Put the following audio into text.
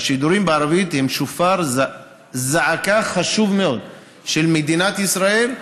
והשידורים בערבית הם שופר זעקה חשוב מאוד של מדינת ישראל,